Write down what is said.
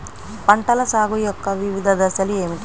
పంటల సాగు యొక్క వివిధ దశలు ఏమిటి?